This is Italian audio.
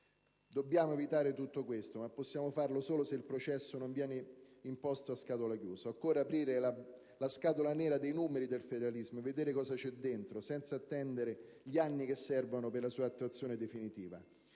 Dobbiamo evitare tutto questo, ma possiamo farlo solo se il processo non viene imposto a scatola chiusa: occorre aprire la scatola nera dei numeri del federalismo e vedere cosa c'è dentro, senza attendere gli anni che servono per la sua attuazione definitiva.